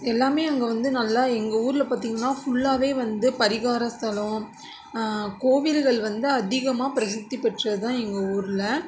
எல்லாமே அங்கே வந்து நல்லா எங்கள் ஊரில் பார்த்தீங்கனா ஃபுல்லாகவே வந்து பரிகார ஸ்தலம் கோவில்கள் வந்து அதிகமாக பிரசித்தி பெற்றது தான் எங்கள் ஊரில்